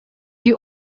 you